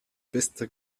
bester